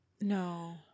No